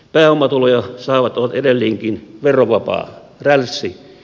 pääomatuloja saavat ovat edelleenkin verovapaa rälssi